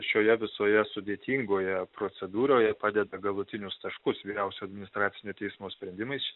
šioje visoje sudėtingoje procedūroje padeda galutinius taškus vyriausio administracinio teismo sprendimai